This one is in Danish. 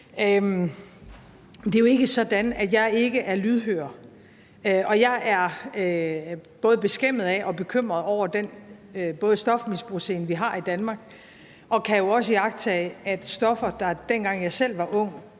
Det er jo ikke sådan, at jeg ikke er lydhør. Jeg føler mig både beskæmmet og bekymret over den stofmisbrugscene, vi har i Danmark, og jeg kan jo også iagttage, at stoffer, der, dengang jeg selv var ung